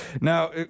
Now